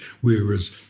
whereas